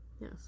Yes